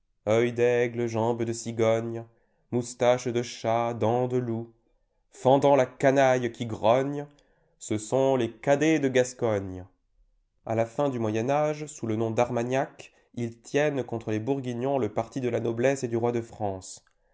d'aigle jambe de cigogne moustache de chat dents de loup fendant la canaille qui grogne ce sont les cadets de gascogne a la fin du moyen âge sous le nom d'armagnacs ils tiennent contre les bourguignons le parti de la noblesse et du roi de france